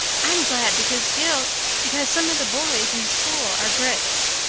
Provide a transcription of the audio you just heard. i'm glad because gil because some of the boys in school are grits.